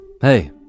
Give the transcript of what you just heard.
Hey